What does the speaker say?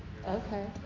Okay